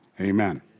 amen